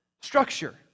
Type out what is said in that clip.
structure